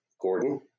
Gordon